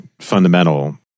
fundamental